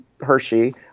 Hershey